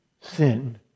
sin